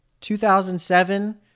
2007